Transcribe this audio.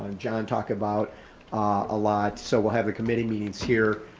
and john talk about a lot. so we'll have a committee meetings here.